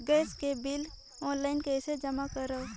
Gas के bill online कइसे जमा करव?